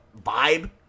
vibe